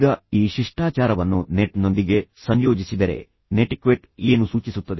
ಈಗ ಈ ಶಿಷ್ಟಾಚಾರವನ್ನು ನೆಟ್ ನೊಂದಿಗೆ ಸಂಯೋಜಿಸಿದರೆ ನೆಟಿಕ್ವೆಟ್ ಏನು ಸೂಚಿಸುತ್ತದೆ